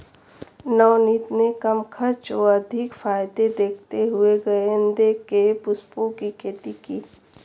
नवनीत ने कम खर्च व अधिक फायदे देखते हुए गेंदे के पुष्पों की खेती की